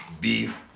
beef